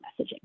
messaging